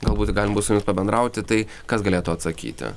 gal būtų galima su jais pabendrauti tai kas galėtų atsakyti